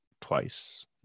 twice